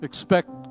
Expect